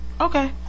Okay